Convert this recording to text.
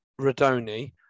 Radoni